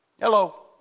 Hello